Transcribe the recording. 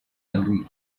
agree